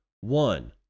one